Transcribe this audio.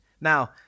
Now